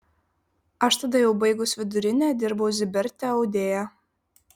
aš tada jau baigus vidurinę dirbau ziberte audėja